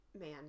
man